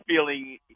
feeling